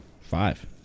Five